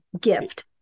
gift